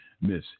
Miss